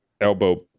elbow